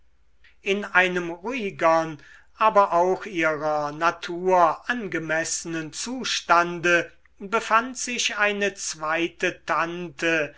in einem ruhigern aber auch ihrer natur angemessenen zustande befand sich eine zweite tante